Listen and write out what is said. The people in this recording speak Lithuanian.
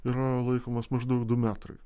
yra laikomas maždaug du metrai